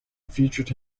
featured